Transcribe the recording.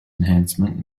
enhancement